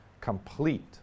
complete